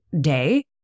day